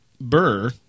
Burr